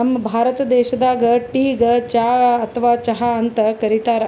ನಮ್ ಭಾರತ ದೇಶದಾಗ್ ಟೀಗ್ ಚಾ ಅಥವಾ ಚಹಾ ಅಂತ್ ಕರಿತಾರ್